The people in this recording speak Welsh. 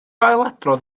ailadrodd